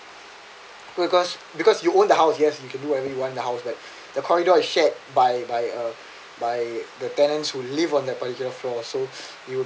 because because you own the house yes you can do whatever you want the house but the corridor is shared by by uh by the tenants who live on the particular floor so you